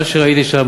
מה שראיתי שם,